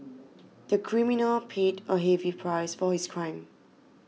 the criminal paid a heavy price for his crime